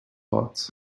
parts